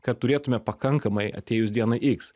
kad turėtume pakankamai atėjus dienai iks